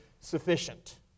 sufficient